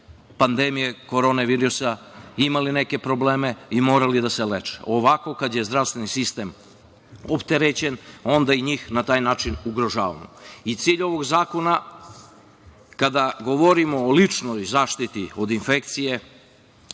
pandemije korona virusa imale neke probleme i morali da se leče. Ovako kad je zdravstveni sistem opterećen onda i njih na taj način ugrožavamo. Cilj ovog zakona, kada govorimo o ličnoj zaštiti od infekcije,